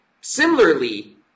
Similarly